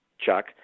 Chuck